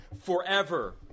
forever